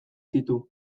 ditu